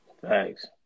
Thanks